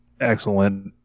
excellent